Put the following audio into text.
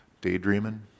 Daydreaming